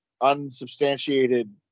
unsubstantiated